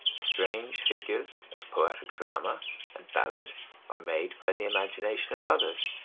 strange figures of poetic drama and ballad are made by the imagination of others,